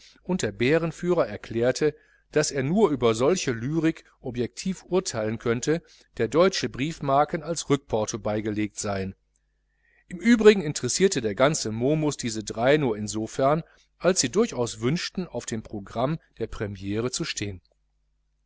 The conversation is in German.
und der bärenführer erklärte daß er nur über solche lyrik objektiv urteilen könnte der deutsche briefmarken als rückporto beigelegt seien im übrigen interessierte der ganze momus diese drei nur insofern als sie durchaus wünschten auf dem programm der premire zu stehen